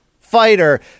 fighter